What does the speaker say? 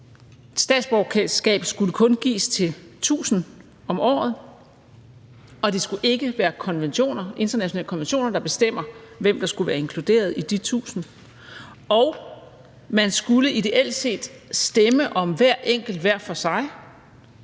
Statsborgerskab skulle kun gives til 1.000 om året, og det skulle ikke være internationale konventioner, der bestemmer, hvem der skal være inkluderet i de 1.000. Og man skulle ideelt set stemme om hver enkelt hver for sig,